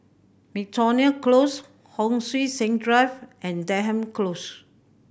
Miltonia Close Hon Sui Sen Drive and Denham Close